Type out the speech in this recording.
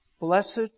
Blessed